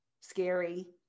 scary